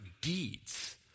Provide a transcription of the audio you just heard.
deeds